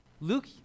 Luke